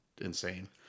insane